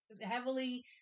heavily